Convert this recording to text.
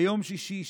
ביום שישי,